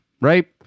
right